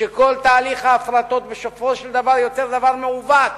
שכל תהליך ההפרטות בסופו של דבר יוצר דבר מעוות,